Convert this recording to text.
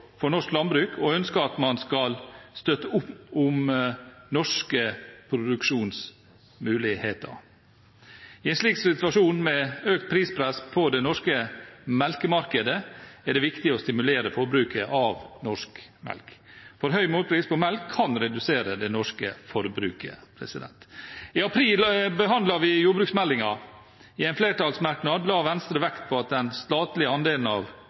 for norsk landbruk og ønsker at man skal støtte opp om norske produksjonsmuligheter. I en situasjon med økt prispress på det norske melkemarkedet er det viktig å stimulere forbruket av norsk melk. For høy målpris på melk kan redusere det norske forbruket. I april behandlet vi jordbruksmeldingen. I en flertallsmerknad la Venstre vekt på at den statlige andelen av